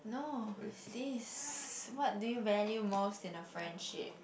no it's this what do you value most in a friendship